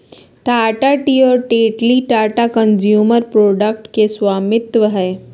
Tata tea और Tetley Tata consumer products के स्वामित्व हकय